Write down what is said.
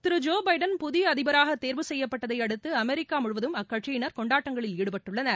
திரு Joe Biden புதிய அதிபராக தேர்வு செய்யப்பட்டதையடுத்து அமெரிக்கா முழுவதும் அக்கட்சியினர் கொண்டாட்டங்களில் ஈடுபட்டுள்ளனர்